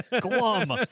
Glum